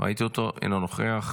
ראיתי אותו, אינו נוכח.